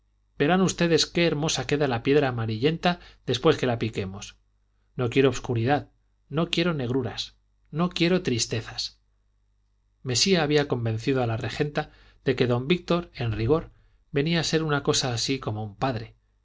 verán ustedes qué hermosa queda la piedra amarillenta después que la piquemos no quiero obscuridad no quiero negruras no quiero tristezas mesía había convencido a la regenta de que don víctor en rigor venía a ser una cosa así como un padre